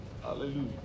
Hallelujah